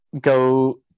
go